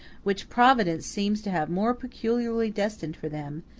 which providence seems to have more peculiarly destined for them,